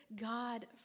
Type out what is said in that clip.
God